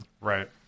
Right